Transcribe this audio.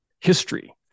history